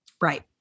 Right